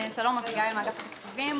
אביגיל, מאגף תקציבים.